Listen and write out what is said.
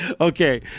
Okay